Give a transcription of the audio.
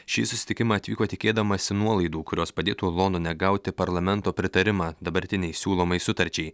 šį susitikimą atvyko tikėdamasi nuolaidų kurios padėtų londone gauti parlamento pritarimą dabartinei siūlomai sutarčiai